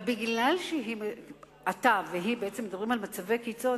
אבל מכיוון שאתה והיא בעצם מדברים על מצבי קיצון,